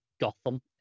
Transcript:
Gotham